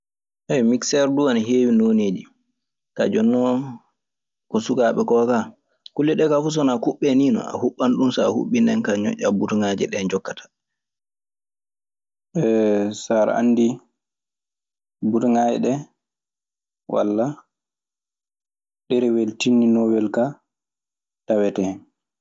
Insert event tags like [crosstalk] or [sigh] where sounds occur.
Mikser duu ana heewi nooneeji. Ka jonnoo ko sukaaɓe koo ka kulle ɗee kaa fuu so wanna kuɓɓee a huɓɓan ɗum. Nde kaa ñoƴƴaa buton. [hesitation] So aɗe anndi butoŋaaje ɗee walla ɗerewel tinndinoowel kaa tawete hen.